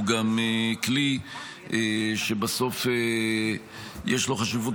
הוא גם כלי שבסוף יש לו חשיבות,